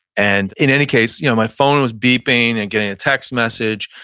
and in any case, you know my phone was beeping and getting a text message.